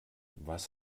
was